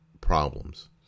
problems